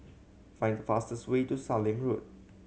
find the fastest way to Sallim Road